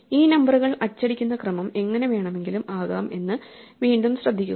ഈ നമ്പറുകൾ അച്ചടിക്കുന്ന ക്രമം എങ്ങിനെ വേണമെങ്കിലും ആകാം എന്ന് വീണ്ടും ശ്രദ്ധിക്കുക